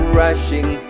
rushing